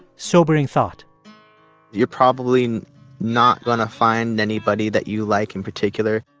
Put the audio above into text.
sobering thought you're probably not going to find anybody that you like in particular.